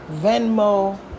Venmo